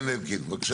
כן, אלקין, בבקשה.